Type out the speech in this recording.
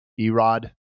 Erod